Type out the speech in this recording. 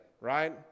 right